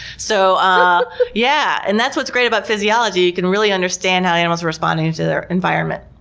so ah yeah and that's what's great about physiology, you can really understand how animals are responding to their environment.